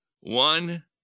One